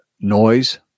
noise